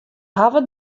hawwe